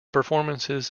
performances